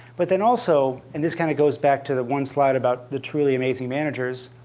but then also, and this kind of goes back to the one slide about the truly amazing managers,